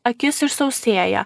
akis išsausėja